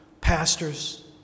pastors